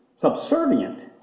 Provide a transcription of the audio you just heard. subservient